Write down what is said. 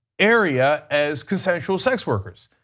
area as consensual sex workers.